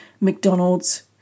McDonald's